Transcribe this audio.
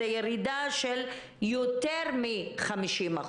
זו ירידה של יותר מ-50%,